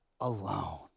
alone